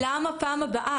אדוני השוטר, למה פעם הבאה?